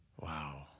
Wow